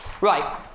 right